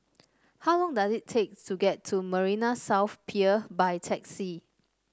how long does it take to get to Marina South Pier by taxi